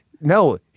no